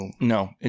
No